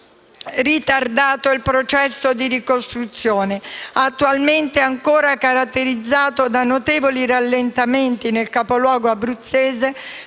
ritardato il processo di ricostruzione, attualmente ancora caratterizzato da notevoli rallentamenti nel capoluogo abruzzese,